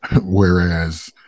Whereas